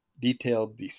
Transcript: detailed